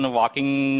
walking